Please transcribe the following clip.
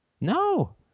No